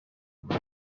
muri